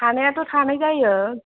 थानायाथ' थानाय जायो